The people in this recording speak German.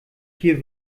hier